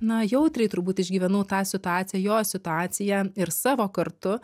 na jautriai turbūt išgyvenau tą situaciją jos situaciją ir savo kartu